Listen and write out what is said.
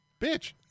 bitch